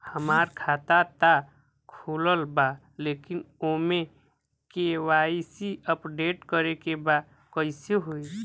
हमार खाता ता खुलल बा लेकिन ओमे के.वाइ.सी अपडेट करे के बा कइसे होई?